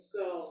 go